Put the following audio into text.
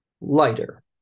lighter